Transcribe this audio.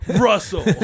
Russell